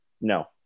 No